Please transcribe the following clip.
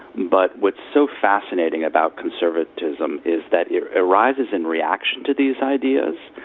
but what's so fascinating about conservatism is that it arises in reaction to these ideas,